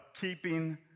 keeping